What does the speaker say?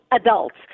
adults